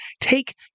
take